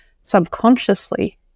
Subconsciously